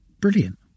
Brilliant